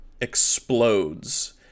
explodes